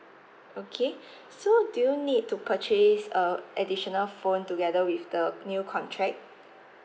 okay so do you need to purchase uh additional phone together with the new contract